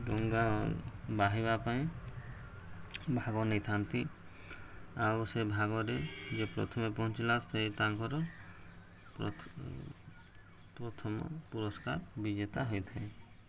ଡ଼ଙ୍ଗା ବାହିବା ପାଇଁ ଭାଗ ନେଇଥାନ୍ତି ଆଉ ସେ ଭାଗରେ ଯେ ପ୍ରଥମେ ପହଞ୍ଚିଲା ସେ ତାଙ୍କର ପ୍ରଥମ ପୁରସ୍କାର ବିଜେତା ହୋଇଥାଏ